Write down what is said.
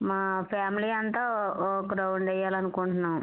మా ఫ్యామిలీ అంతా ఒ ఒక రౌండ్ వెయ్యాలనుకుంటున్నాం